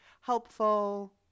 helpful